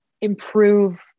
improve